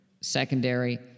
secondary